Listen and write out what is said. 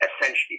essentially